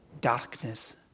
darkness